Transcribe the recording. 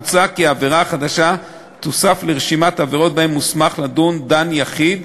מוצע כי העבירה החדשה תוסף לרשימת העבירות שבהן מוסמך לדון דן יחיד,